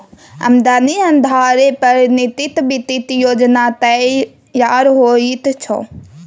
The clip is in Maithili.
आमदनीक अधारे पर निजी वित्तीय योजना तैयार होइत छै